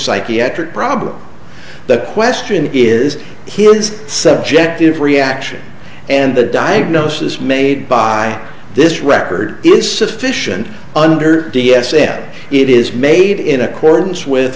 psychiatric problem the question is his subjective reaction and the diagnosis made by this record is sufficient under d s m it is made in accordance with